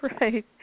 right